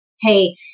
hey